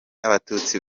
abatutsi